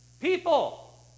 People